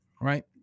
Right